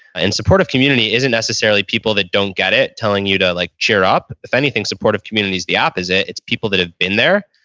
and supportive community isn't necessarily people that don't get it telling you to like cheer up. if anything, supportive community's the opposite. it's people that have been there,